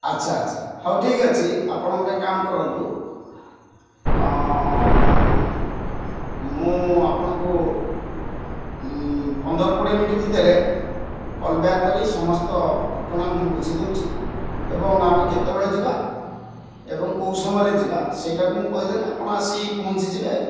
ଆଚ୍ଛା ଆଚ୍ଛା ହଉ ଠିକ୍ ଅଛି ଆପଣ ଗୋଟେ କାମ କରନ୍ତୁ ମୁଁ ଆପଣଙ୍କୁ ପନ୍ଦର କୋଡ଼ିଏ ମିନିଟ୍ ଭିତରେ କଲ୍ ବ୍ୟାକ୍ କରି ସମସ୍ତ ଘଟଣା ମୁଁ ବୁଝିଦେଉଛି ଏବଂ ଆମେ କେତେବେଳେ ଯିବା ଏବଂ କେଉଁ ସମୟରେ ଯିବା ସେଇଟାକୁ ମୁଁ କହିଦେଲେ ଆପଣ ଆସି ପହଞ୍ଚିଯିବେ